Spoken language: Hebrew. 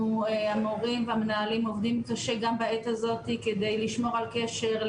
המורים והמנהלים עובדים קשה גם בעת הזו כדי לשמור על קשר,